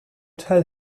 tell